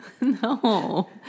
No